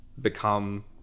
become